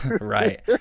right